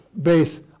base